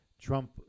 Trump